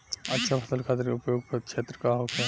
अच्छा फसल खातिर उपयुक्त क्षेत्र का होखे?